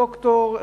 דוקטור,